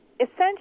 Essentially